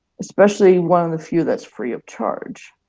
especially one of the few that's free of charge.